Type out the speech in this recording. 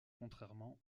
contrairement